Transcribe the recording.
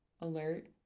Alert